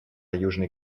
южный